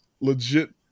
legit